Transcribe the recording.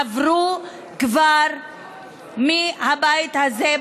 עברו כבר מהבית הזה,